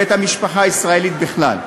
ואת המשפחה הישראלית בכלל.